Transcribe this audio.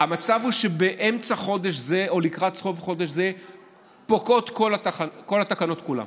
המצב הוא שבאמצע חודש זה או לקראת סוף חודש זה פוקעות כל התקנות כולן.